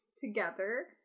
together